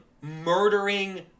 murdering